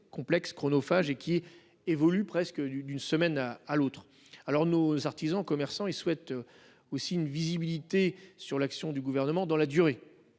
complexe chronophage et qui évolue presque du d'une semaine à à l'autre. Alors nos artisans commerçants et souhaite. Aussi une visibilité sur l'action du gouvernement dans la durée.